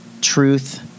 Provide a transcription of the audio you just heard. Truth